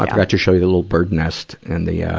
i forgot to show you the little bird nest and the, yeah